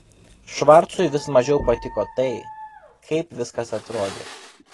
švarcui vis mažiau patiko tai kaip viskas atrodė